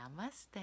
Namaste